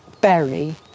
berry